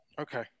Okay